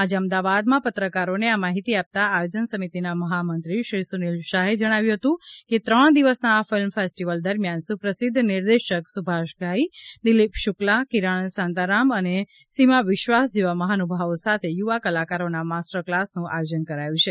આજે અમદાવાદમાં પત્રકારોને આ માહિતી આપતા આયોજન સમિતિના મહામંત્રી શ્રી સુનિલ શાહે જણાવ્યુ હતુ કે ત્રણ દિવસના આ ફિલ્મ ફેસ્ટીવલ દરમિયાન સુપ્રસિધ્ધ નિર્દેશક સુભાષ ધાઇ દિલીપ શુકલા કિરણ સાંતારામ અને સીમા બિસ્વાસ જેવા મહાનુભાવો સાથે યુવા કલાકારોના માસ્ટર કલાસનુ આયોજન કરાયુ છે